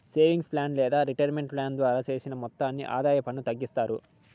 savings plan లేదా retirement plan ద్వారా save చేసిన మొత్తంపై ఆదాయ పన్ను తగ్గిస్తారు